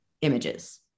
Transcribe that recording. images